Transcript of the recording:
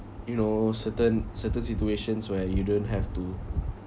you know certain certain situations where you don't have to